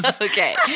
Okay